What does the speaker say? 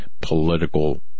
political